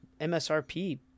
MSRP